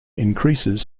increases